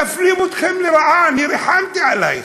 מפלים אתכם לרעה, אני ריחמתי עלייך,